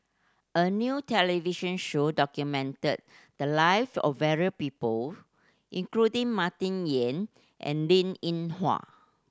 a new television show documented the live of variou people including Martin Yan and Linn In Hua